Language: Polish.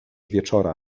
wieczora